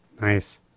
Nice